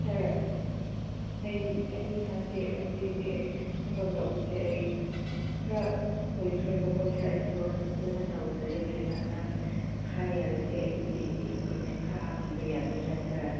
ꯁꯥꯔ ꯑꯩ ꯑꯩ ꯏꯁꯥꯁꯦ ꯍꯧꯖꯤꯛ ꯍꯧꯖꯤꯛ ꯑꯩ ꯊꯕꯛ ꯇꯧꯕꯁꯦ ꯑꯩ ꯈꯔ ꯀꯨꯏꯈ꯭ꯔꯦꯕꯀꯣ ꯁꯥꯔ ꯑꯩ ꯊꯕꯛꯁꯨ ꯐꯖꯅ ꯇꯧꯖꯔꯦ ꯑꯗꯨꯅ ꯅꯪ ꯈꯔ ꯌꯥꯔꯗꯤ ꯑꯩꯒꯤ ꯄꯦꯁꯦ ꯏꯟꯀ꯭ꯔꯤꯃꯦꯟ ꯈꯔ ꯍꯥꯞꯄꯤꯕ ꯌꯥꯒꯗ꯭ꯔꯥ ꯁꯥꯔ